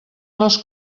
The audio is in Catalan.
les